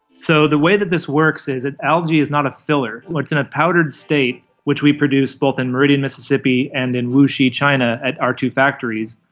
so the way that this works is that algae is not a filler, it's in a powdered state which we produce both in meridian mississippi and in liushi china at our two factories.